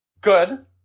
Good